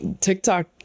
TikTok